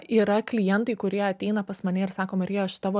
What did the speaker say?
yra klientai kurie ateina pas mane ir sako marija aš tavo